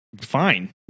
fine